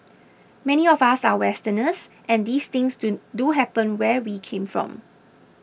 many of us are westerners and these things do do happen where we came from